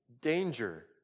danger